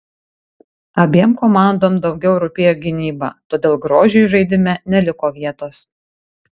abiem komandom daugiau rūpėjo gynyba todėl grožiui žaidime neliko vietos